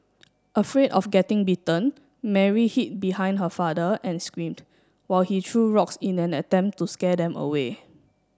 afraid of getting bitten Mary hid behind her father and screamed while he threw rocks in an attempt to scare them away